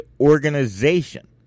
Organization